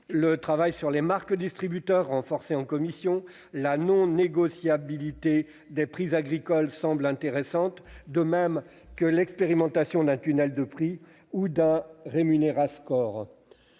le travail sur les marques des distributeurs a été renforcé en commission ; la non-négocialibilité des prix agricoles semble intéressante, de même que l'expérimentation d'un tunnel de prix ou d'un « rémunérascore